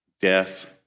death